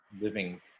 living